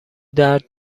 درد